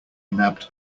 nabbed